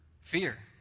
fear